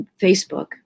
Facebook